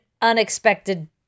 unexpected